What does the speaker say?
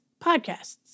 podcasts